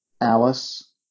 Alice